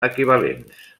equivalents